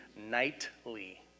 nightly